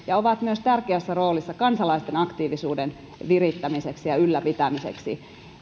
ja ovat myös tärkeässä roolissa kansalaisten aktiivisuuden virittämiseksi ja ylläpitämiseksi